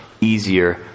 easier